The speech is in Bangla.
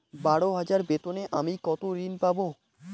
বারো হাজার বেতনে আমি কত ঋন পাব?